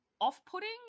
off-putting